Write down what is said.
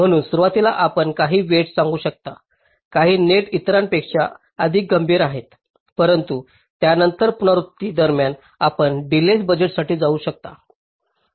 म्हणून सुरुवातीला आपण काही वेईटस सांगू शकता काही नेट इतरांपेक्षा अधिक गंभीर आहेत परंतु त्यानंतरच्या पुनरावृत्ती दरम्यान आपण डीलेय बजेटसाठी जाऊ शकता